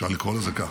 אפשר לקרוא לזה כך,